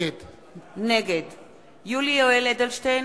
נגד יולי יואל אדלשטיין,